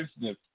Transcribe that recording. business